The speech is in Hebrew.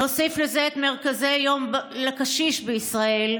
נוסיף לזה את מרכזי יום לקשיש בישראל,